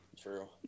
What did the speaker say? true